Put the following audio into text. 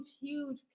huge